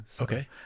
Okay